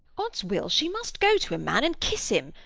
ods will, she must go to him, man, and kiss him!